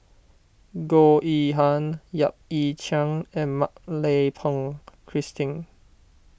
Goh Yihan Yap Ee Chian and Mak Lai Peng Christine